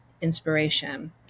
inspiration